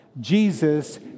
Jesus